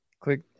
click